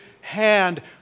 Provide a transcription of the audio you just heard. hand